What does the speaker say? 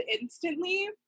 instantly